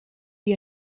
you